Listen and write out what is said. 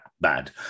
bad